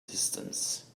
distance